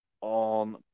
on